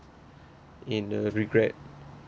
in a regret